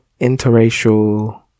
interracial